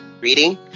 reading